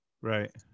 right